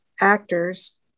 actors